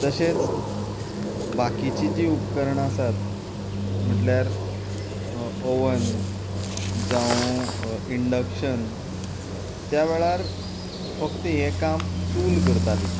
तशेंच बाकीचीं जीं उपकरणां आसात म्हणल्यार ओवन जावं इन्डक्शन त्या वेळार फक्त हें काम चूल करताली